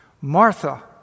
Martha